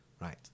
Right